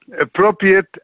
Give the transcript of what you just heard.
appropriate